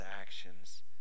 actions